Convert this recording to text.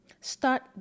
Start